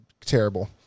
terrible